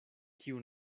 kiu